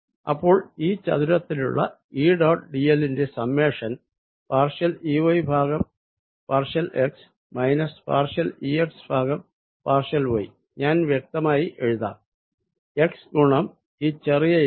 അപ്പോൾ ഈ ചതുരത്തിലുള്ള E ഡോട്ട് dl ന്റെ സമ്മേഷൻ പാർഷ്യൽ E y ഭാഗം partial x minus partial E x ഭാഗം പാർഷ്യൽ y ഞാൻ വ്യക്തമായി എഴുതാം x ഗുണം ഈ ചെറിയ ഏരിയ